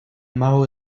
mały